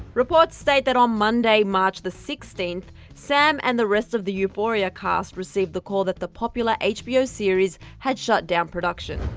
reports state that on monday, march sixteenth, sam and the rest of the euphoria cast, received the call that the popular hbo series had shut down production.